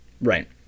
Right